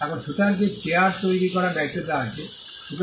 এখন ছুতারকে চেয়ার তৈরি করার দায়িত্ব দেওয়া হয়েছে